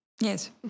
Yes